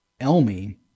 Elmi